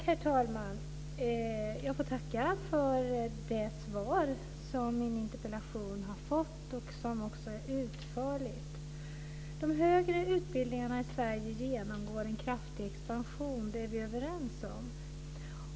Herr talman! Jag får tacka för det utförliga svar som min interpellation har fått. De högre utbildningarna i Sverige genomgår en kraftig expansion. Det är vi överens om.